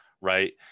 right